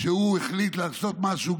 כשהוא מחליט לעשות משהו,